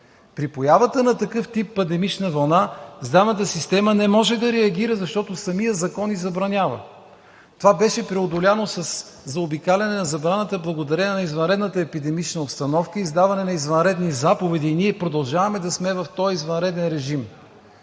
При появата на такъв тип пандемична вълна, здравната система не може да реагира, защото самият закон ѝ забранява. Това беше преодоляно със заобикаляне на забраната благодарение на извънредната епидемична обстановка, издаване на извънредни заповеди и ние продължаваме да сме в този извънреден режим.